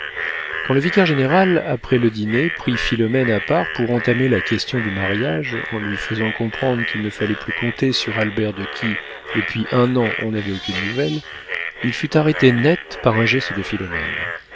quand le vicaire-général après le dîner prit philomène à part pour entamer la question du mariage en lui faisant comprendre qu'il ne fallait plus compter sur albert de qui depuis un an on n'avait aucune nouvelle il fut arrêté net par un geste de philomène